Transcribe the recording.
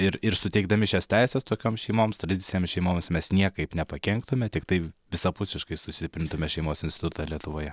ir ir suteikdami šias teises tokioms šeimoms tradicinėms šeimoms mes niekaip nepakenktume tiktai visapusiškai sustiprintume šeimos institutą lietuvoje